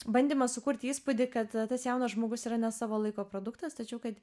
bandymas sukurti įspūdį kad tada tas jaunas žmogus yra ne savo laiko produktas tačiau kad